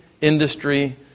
industry